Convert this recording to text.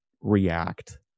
react